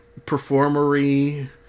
performery